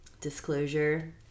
disclosure